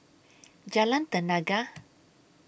Jalan Tenaga